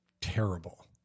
terrible